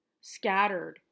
Scattered